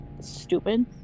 stupid